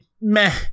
meh